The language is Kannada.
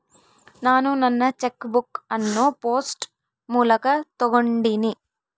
ನಾನು ನನ್ನ ಚೆಕ್ ಬುಕ್ ಅನ್ನು ಪೋಸ್ಟ್ ಮೂಲಕ ತೊಗೊಂಡಿನಿ